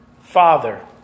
father